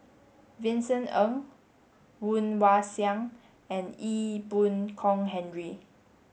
Vincent Ng Woon Wah Siang and Ee Boon Kong Henry